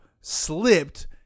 slipped